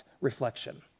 reflection